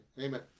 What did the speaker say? amen